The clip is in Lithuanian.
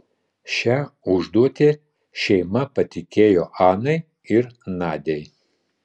šią užduotį šeima patikėjo anai ir nadiai